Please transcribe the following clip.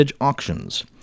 Auctions